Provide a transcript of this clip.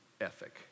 ethic